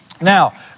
Now